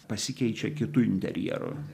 pasikeičia kitu interjeru